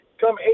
Come